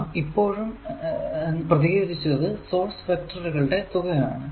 നാം ഇപ്പോഴും പ്രതിനിതീകരിച്ചതു സോഴ്സ് വെക്റ്ററുകളുടെ തുക ആണ്